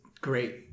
great